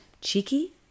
Cheeky